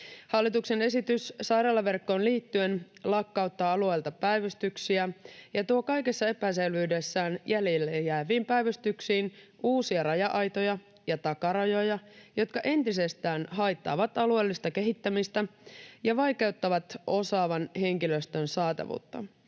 Hallituksen esitys sairaalaverkkoon liittyen lakkauttaa alueelta päivystyksiä ja tuo kaikessa epäselvyydessään jäljelle jääviin päivystyksiin uusia raja-aitoja ja takarajoja, jotka entisestään haittaavat alueellista kehittämistä ja vaikeuttavat osaavan henkilöstön saatavuutta.